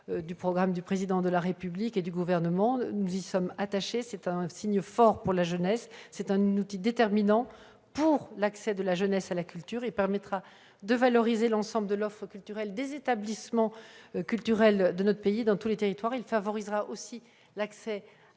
du programme du Président de la République et du Gouvernement. Nous y sommes attachés, car c'est un outil déterminant pour l'accès de la jeunesse à la culture. Il permettra de valoriser l'ensemble de l'offre des établissements culturels de notre pays dans tous les territoires. Il favorisera aussi l'accès